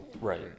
Right